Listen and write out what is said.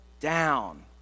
down